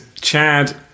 Chad